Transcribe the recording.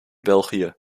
belgië